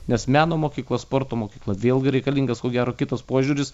nes meno mokykla sporto mokykla vėlgi reikalingas ko gero kitas požiūris